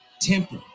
Temper